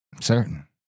Certain